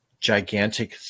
gigantic